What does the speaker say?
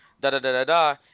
Da-da-da-da-da